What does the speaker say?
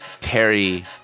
Terry